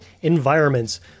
Environment's